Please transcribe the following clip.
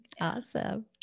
Awesome